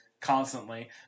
constantly